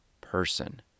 person